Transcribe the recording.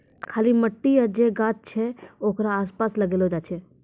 खाली मट्टी या जे गाछ छै ओकरे आसपास लगैलो जाय छै